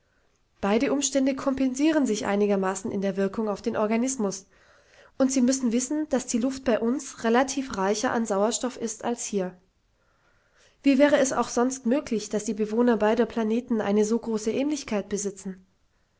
beide umstände kompensieren sich einigermaßen in der wirkung auf den organismus und sie müssen wissen daß die luft bei uns relativ reicher an sauerstoff ist als hier wie wäre es auch sonst möglich daß die bewohner beider planeten eine so große ähnlichkeit besitzen